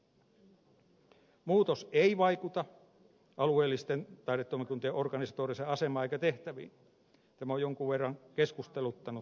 muutos ei vaikuta alueellisten taidetoimikuntien organisatoriseen asemaan eikä tehtäviin tämä on jonkun verran keskusteluttanut